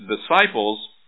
disciples